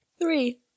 Three